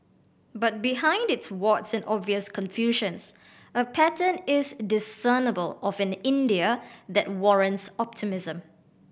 but behind its warts and obvious confusions a pattern is discernible of an India that warrants optimism